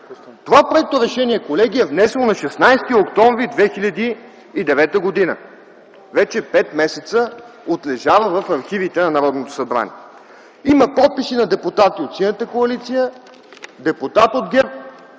Това проекторешение колеги, е внесено на 16 октомври 2009 г. Вече пет месеца отлежава в архивите на Народното събрание. Има подписи на депутати от Синята коалиция, депутат от ГЕРБ